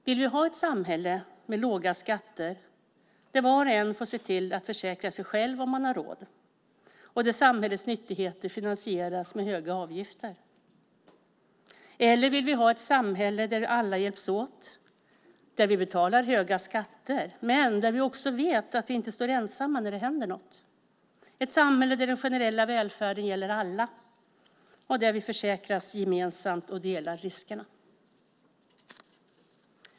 Vill vi ha ett samhälle med låga skatter där var och en får se till att försäkra sig själv om man har råd och där samhällets nyttigheter finansieras med höga avgifter? Eller vill vi ha ett samhälle där alla hjälps åt, där vi betalar höga skatter men också vet att vi inte står ensamma när det händer något, ett samhälle där den generella välfärden gäller alla och där vi försäkras gemensamt och delar riskerna?